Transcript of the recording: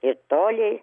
į tolį